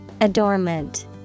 Adornment